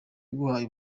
iguhaye